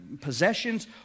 possessions